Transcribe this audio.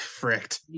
fricked